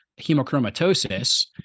hemochromatosis